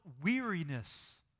weariness